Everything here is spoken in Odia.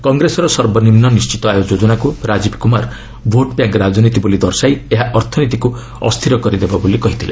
କଂଗ୍ରେସର ସର୍ବନିମ୍ବ ନିଶ୍ଚିତ ଆୟ ଯୋଜନାକୁ ରାଜୀବକୁମାର ଭୋଟ୍ବ୍ୟାଙ୍କ ରାଜନୀତି ବୋଲି ଦର୍ଶାଇ ଏହା ଅର୍ଥନୀତିକୁ ଅସ୍ଥିର କରିଦେବ ବୋଲି କହିଥିଲେ